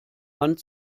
hand